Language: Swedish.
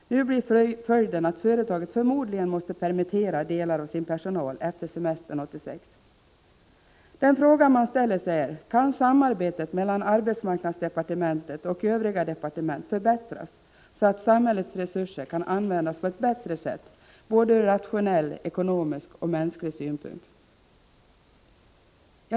Nu blir följden att företaget förmodligen måste permittera delar av sin personal efter semestern 1986. Den fråga man ställer sig är: Kan samarbetet mellan arbetsmarknadsdepartementet och övriga departement förbättras, så att samhällets resurser kan användas på ett bättre sätt ur rationell, ekonomisk och mänsklig synpunkt?